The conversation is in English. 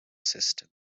system